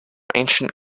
ancient